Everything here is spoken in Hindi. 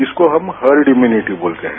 इसको हम हर्ड इम्युनिटी बोलते हैं